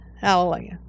Hallelujah